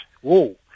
Whoa